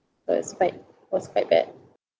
that was quite was quite bad